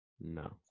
No